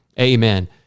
Amen